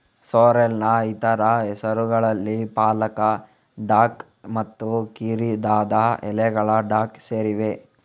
ಸೋರ್ರೆಲ್ನ ಇತರ ಹೆಸರುಗಳಲ್ಲಿ ಪಾಲಕ ಡಾಕ್ ಮತ್ತು ಕಿರಿದಾದ ಎಲೆಗಳ ಡಾಕ್ ಸೇರಿವೆ